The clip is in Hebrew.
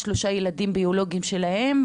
שלושה ילדים ביולוגיים שלהם,